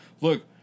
look